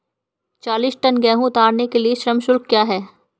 चालीस टन गेहूँ उतारने के लिए श्रम शुल्क क्या होगा?